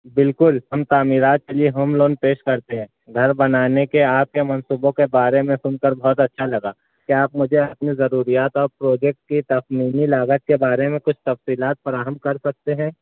بالکل ہم تعمیرات کے لیے ہوم لون پیش کرتے ہیں گھر بنانے کے آپ کے منصوبوں کے بارے میں سن کر بہت اچھا لگا کیا آپ مجھے اپنی ضروریات اور پروجیکٹ کی تخمینی لاگت کے بارے میں کچھ تفصیلات فراہم کر سکتے ہیں